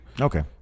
Okay